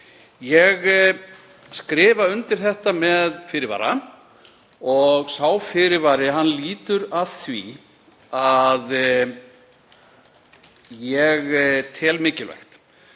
Ég skrifa undir nefndarálitið með fyrirvara og sá fyrirvari lýtur að því að ég tel mikilvægt,